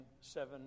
seven